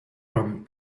from